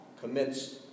commits